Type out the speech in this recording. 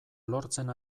lortzen